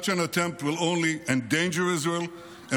Such an attempt will only endanger Israel and